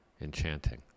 enchanting